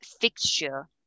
fixture